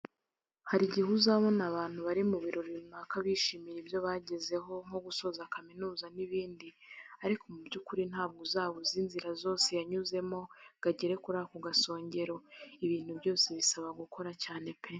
Hari igihe uzabona abantu bari mu birori runaka bishimira ibyo bagezeho, nko gusoza kaminuza n'ibindi, ariko mu by'ukuri ntabwo uba uzi inzira zose yanyuzemo ngo agere kuri ako gasongero. Ibintu byose bisaba gukora cyane pe!